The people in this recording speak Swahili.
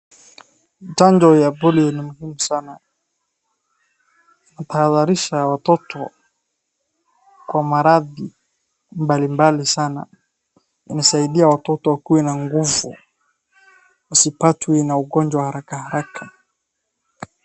Chanjo ya polio ni muhimu sana. Hutahadharisha watoto kwa maradhi mbalimbali sana. Inasaidia watoto wakuwe na nguvu, wasipatwe na ugonjwa haraka haraka.